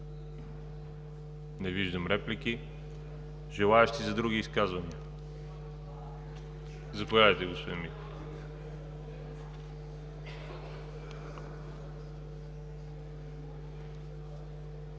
Не виждам реплики. Желаещи за други изказвания? Заповядайте, господин Михов.